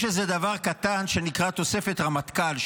יש איזה דבר קטן שנקרא תוספת רמטכ"ל,